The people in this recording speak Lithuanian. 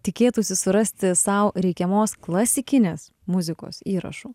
tikėtųsi surasti sau reikiamos klasikinės muzikos įrašų